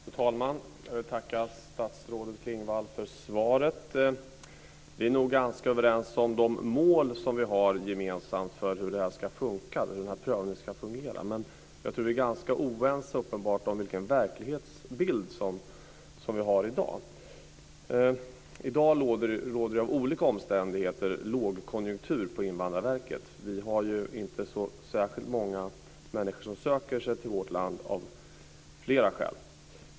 Fru talman! Jag vill tacka statsrådet Klingvall för svaret. Vi är nog ganska överens om de mål som vi har gemensamt för hur denna prövning ska fungera, men vi är uppenbarligen ganska oense om vilken verklighetsbild som vi har i dag. I dag råder det på grund av olika omständigheter lågkonjunktur på Invandrarverket. Det är inte så särskilt många människor som söker sig till vårt land av flera skäl.